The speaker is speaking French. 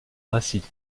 ainsi